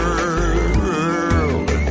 world